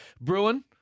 Bruin